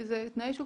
זה תנאי שוק,